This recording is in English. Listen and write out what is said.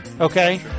Okay